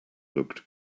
looked